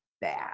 bad